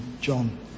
John